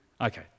Okay